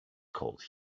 called